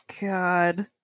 God